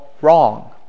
wrong